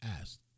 asked